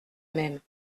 même